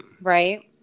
Right